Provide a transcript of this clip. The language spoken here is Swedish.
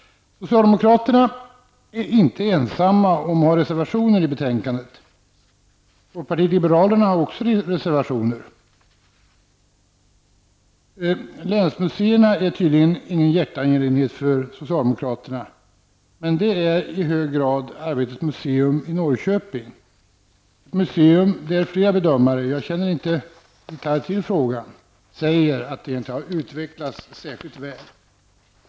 Socialdemokraterna är inte ensamma om att ha reservationer i betänkandet. Folkpartiet liberalerna har också reservationer. Länsmuseerna är tydligen ingen hjärteangelägenhet för socialdemokraterna, men det är uppenbarligen Arbetets museum i Norrköping, ett museum som enligt flera bedömare -- jag känner inte alls till saken -- inte utvecklats särdeles väl.